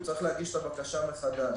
הוא צריך להגיש את הבקשה מחדש.